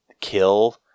kill